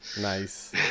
nice